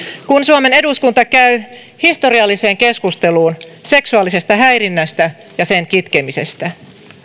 kun suomen eduskunta käy historiallisen keskustelun seksuaalisesta häirinnästä ja sen kitkemisestä